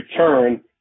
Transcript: return